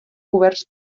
coberts